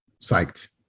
psyched